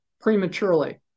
prematurely